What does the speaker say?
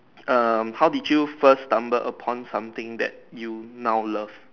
um how do you first stumble upon something that you now love